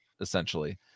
essentially